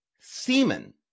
semen